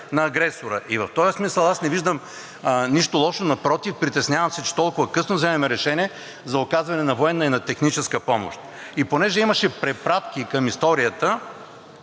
на агресора? В този смисъл аз не виждам нищо лошо. Напротив, притеснявам се, че толкова късно вземаме решение за оказване на военна и на техническа помощ. Понеже имаше препратки към историята,